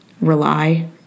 Rely